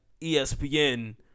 ESPN